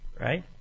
Right